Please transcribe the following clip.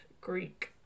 Greek